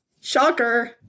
Shocker